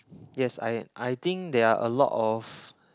yes I I think there are a lot of